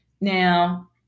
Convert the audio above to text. Now